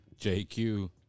JQ